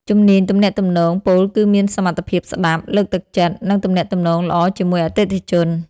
ជំនាញទំនាក់ទំនង ពោលគឺមានសមត្ថភាពស្តាប់ លើកទឹកចិត្ត និងទំនាក់ទំនងល្អជាមួយអតិថិជន។